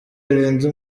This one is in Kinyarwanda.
yarenze